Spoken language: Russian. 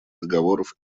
договоров